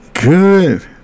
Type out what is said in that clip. good